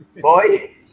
Boy